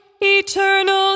eternal